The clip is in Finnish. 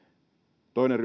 toinen